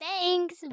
thanks